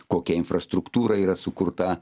kokia infrastruktūra yra sukurta